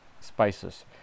spices